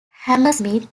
hammersmith